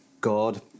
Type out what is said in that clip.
God